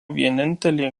vienintelė